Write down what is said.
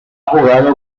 jugado